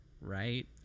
right